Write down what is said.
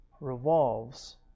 revolves